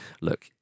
look